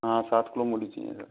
हाँ सात किलो मूली चाहिए सर